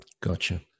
Gotcha